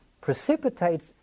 precipitates